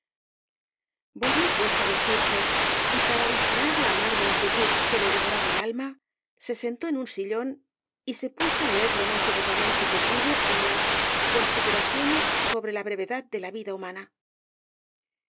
volvió pues á vestirse y para distraer la amarga inquietud que le devoraba el alma se sentó en un sillón y se puso á leer lo más devotamente que pudo en las consideraciones sobre la brevedad de la vida humana